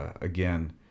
again